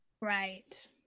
Right